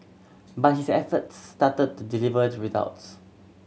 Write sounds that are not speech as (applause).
but his efforts started to deliver (unintelligible) results